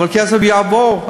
אבל הכסף יעבור.